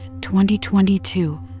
2022